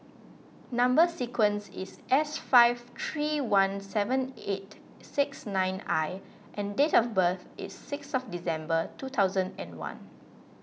Number Sequence is S five three one seven eight six nine I and date of birth is six of December two thousand and one